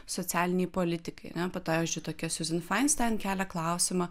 socialinei politikai ane po to pavyzdžiui tokia siuzen fainstain kelia klausimą